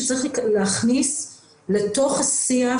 שצריך להכניס לתוך השיח,